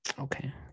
Okay